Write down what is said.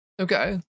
Okay